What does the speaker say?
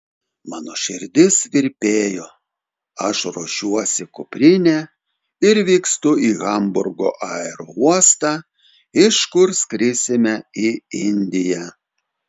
mano širdis virpėjo aš ruošiuosi kuprinę ir vykstu į hamburgo aerouostą iš kur skrisime į indiją